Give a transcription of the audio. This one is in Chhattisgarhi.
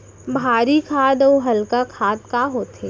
भारी खाद अऊ हल्का खाद का होथे?